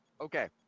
Okay